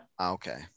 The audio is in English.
Okay